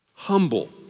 humble